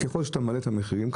לא ייהנה מהמחירים הזולים.